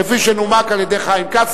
כפי שנומקה על-ידי חיים כץ.